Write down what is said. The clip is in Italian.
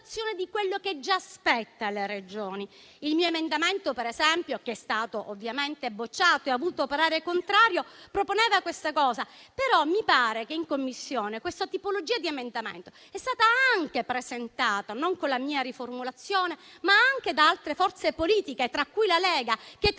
di quanto già spetta alle Regioni? Il mio emendamento, che è stato ovviamente bocciato e ha avuto parere contrario, proponeva questo. Mi pare però che in Commissione questa tipologia di emendamento sia stata anche presentata non con la mia riformulazione, ma da altre forze politiche, tra cui la Lega, che